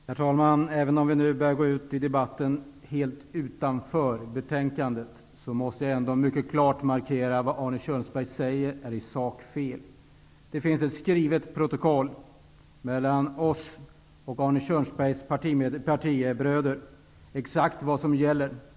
Herr talman! Även om vi nu börjar komma utanför betänkandet måste jag klart få markera att det Arne Kjörnsberg säger är fel i sak. Det finns ett skrivet protokoll mellan oss och Arne Kjörnsbergs partibröder om vad som gäller.